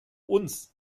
uns